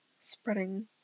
spreading